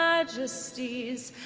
majesties